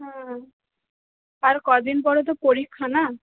হ্যাঁ আর কদিন পরে তো পরীক্ষা না